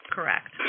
Correct